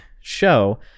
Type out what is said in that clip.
show